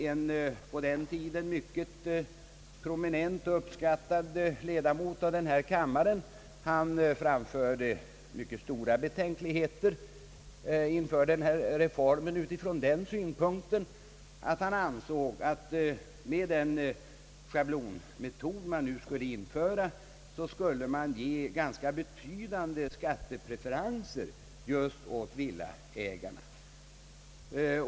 En på den tiden mycket prominent och uppskattad ledamot av denna kammare framförde stora betänkligheter mot reformen ur den synpunkten att man med denna schablonmetod skulle ge ganska betydande skattepreferenser just åt villaägarna.